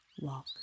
walk